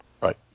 Right